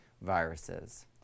viruses